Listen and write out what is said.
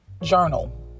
journal